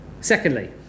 secondly